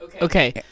Okay